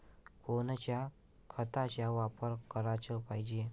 कोनच्या खताचा वापर कराच पायजे?